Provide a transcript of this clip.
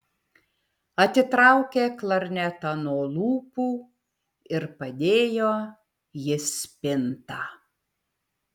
atitraukė klarnetą nuo lūpų ir padėjo į spintą